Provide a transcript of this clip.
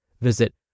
Visit